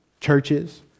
churches